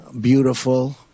beautiful